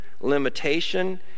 limitation